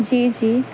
جی جی